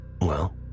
Well